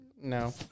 No